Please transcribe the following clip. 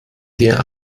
dir